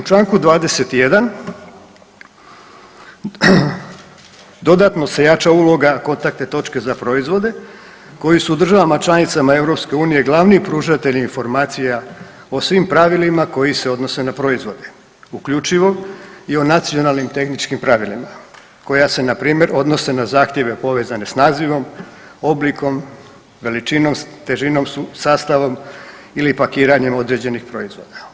U čl. 21., dodatno se jača uloga kontaktne točke za proizvode koji su u državama članicama EU glavni pružatelji informacija o svim pravilima koji se odnose na proizvode, uključivo i o nacionalnim tehničkim pravilima koja se npr. odnose na zahtjeve povezane s nazivom, oblikom, veličinom, težinom, sastavom ili pakiranjem određenih proizvoda.